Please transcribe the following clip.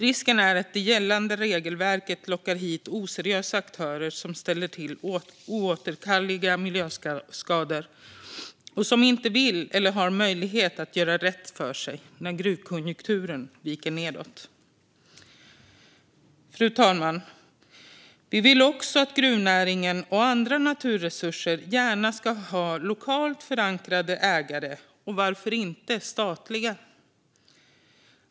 Risken är att det gällande regelverket lockar hit oseriösa aktörer, som ställer till oåterkalleliga miljöskador och inte vill eller har möjlighet att göra rätt för sig när gruvkonjunkturen viker nedåt. Fru talman! Vi vill också att gruvnäringen och andra naturresurser gärna ska ha lokalt förankrade ägare, och varför inte statliga?